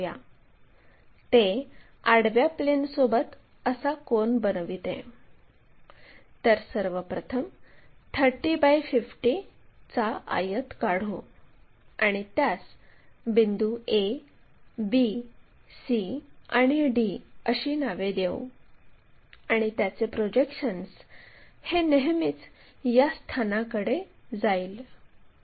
यामध्ये आपल्याला r2 येथे आडवी लाईन पूर्ण करण्यासाठी qr या त्रिज्येसहित q हे केंद्र मानून आर्क काढायचा आहे